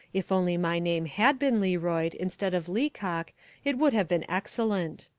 if only my name had been learoyd instead of leacock it would have been excellent.